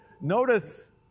Notice